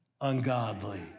ungodly